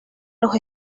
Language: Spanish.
los